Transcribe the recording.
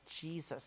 Jesus